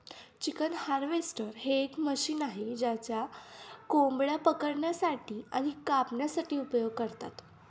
chicken harvester हे एक machine आहे ज्याचा कोंबड्या पकडण्यासाठी आणि कापण्यासाठी उपयोग करतात